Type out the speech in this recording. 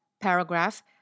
paragraph